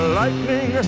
lightning